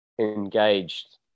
engaged